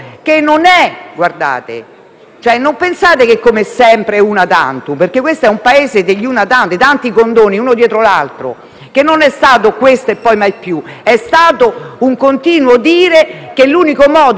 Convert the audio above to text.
Non pensate che è, come sempre, *una tantum* perché questo è il Paese degli *una tantum* e dei tanti condoni, uno dietro l'altro. Non è questo e poi mai più. È stato un continuo dire che l'unico modo per valorizzare